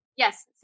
Yes